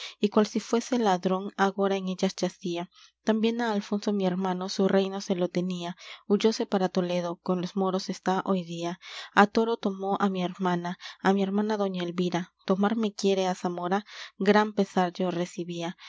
y cual si fuese ladrón agora en ellas yacía también á alfonso mi hermano su reino se lo tenía huyóse para toledo con los moros está hoy día á toro tomó á mi hermana á mi hermana doña elvira tomarme quiere á zamora gran pesar yo recibía